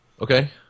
Okay